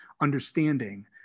understanding